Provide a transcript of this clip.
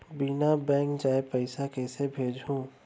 बिना बैंक जाए पइसा कइसे भेजहूँ?